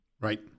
Right